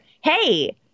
Hey